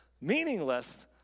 Meaningless